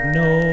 no